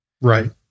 Right